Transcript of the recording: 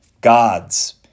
God's